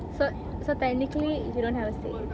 so so technically you don't have a say